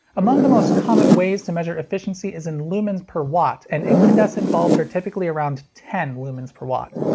among the most common ways to measure efficiency is in lumens per watt, and incandescent bulbs are typically around ten lumens per watt.